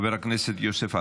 חבר הכנסת יוסף עטאונה,